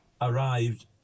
arrived